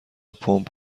پمپ